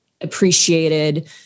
appreciated